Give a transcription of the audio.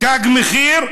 תג מחיר,